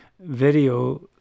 video